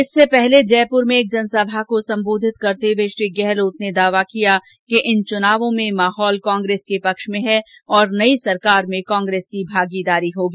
इससे पहले जयपुर में एक जनसभा को सम्बोधित करते हुए श्री गहलोत ने दावा किया कि इन चुनावों में माहौल कांग्रेस के पक्ष में है और नई सरकार में कांग्रेस की भागीदारी होगी